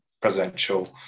presidential